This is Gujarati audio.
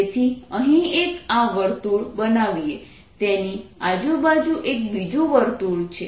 તેથી અહીં એક આ વર્તુળ બનાવીશ તેની આજુબાજુ એક બીજું વર્તુળ છે